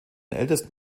ältesten